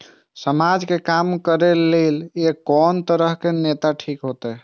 समाज के काम करें के ली ये कोन तरह के नेता ठीक होते?